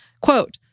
Quote